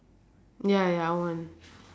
ya ya I won't